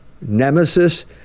nemesis